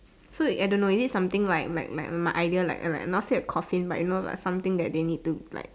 so it I don't know is it something like like like my idea like not say a coffin but you know like something that they need to like